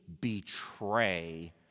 betray